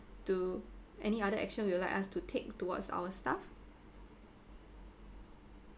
to any other action you will like us to take towards our staff